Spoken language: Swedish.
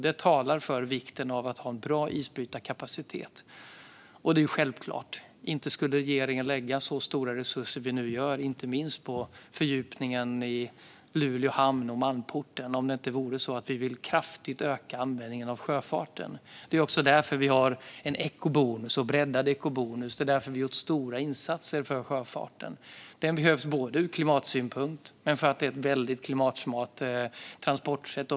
Det talar för vikten av att ha en bra isbrytarkapacitet. Detta är självklart. Inte skulle regeringen lägga så stora resurser som vi nu gör, inte minst på fördjupningen i Luleå hamn och Malmporten, om det inte vore så att vi kraftigt vill öka användningen av sjöfarten. Det är därför vi har en ekobonus som även har breddats. Det är därför vi har gjort stora insatser för sjöfarten. Den behövs ur klimatsynpunkt. Det är ett väldigt klimatsmart och effektivt transportsätt.